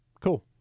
Cool